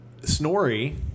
Snorri